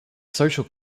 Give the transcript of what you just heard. social